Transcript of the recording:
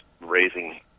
raising